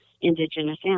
indigenous